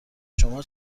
شما